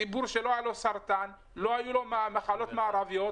ציבור שלא היה לו סרטן, לא היו לו מחלות מערביות.